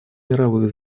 мировых